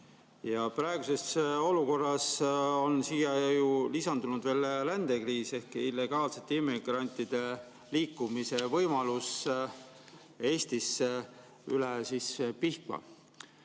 Praeguses olukorras on siia lisandunud veel rändekriis ehk illegaalsete immigrantide liikumise võimalus Eestisse Pihkva